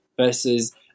versus